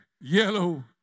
yellow